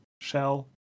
shell